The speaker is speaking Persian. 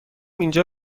اینجا